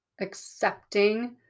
accepting